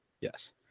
yes